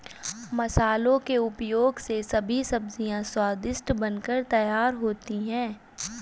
मसालों के उपयोग से सभी सब्जियां स्वादिष्ट बनकर तैयार होती हैं